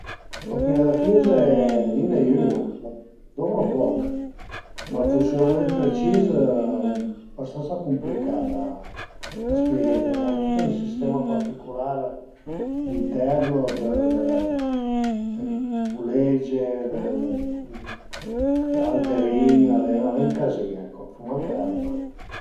Machin-a da cüze mi n'ai üna, la dovru poch, ma ël funsiunament precis al e bastansa cumplicà da da spieghé përché al a tüt ën sistema particular interno dë dë pulegge dë alberin, al e ën cazin ecco, fuma anche la rima